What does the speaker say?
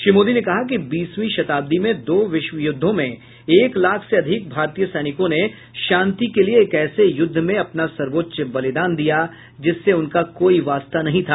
श्री मोदी ने कहा कि बीसवीं शताब्दी में दो विश्व युद्धों में एक लाख से अधिक भारतीय सैनिकों ने शांति के लिए एक ऐसे युद्ध में अपना सर्वोच्च बलिदान दिया जिससे उनका कोई वास्ता नहीं था